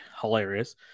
hilarious